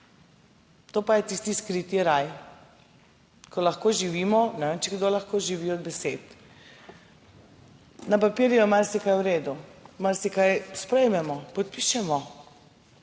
To pa je tisti skriti raj, ko lahko živimo, ne vem, če kdo lahko živi od besed. Na papirju je marsikaj v redu, marsikaj sprejmemo, podpišemo.